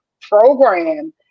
program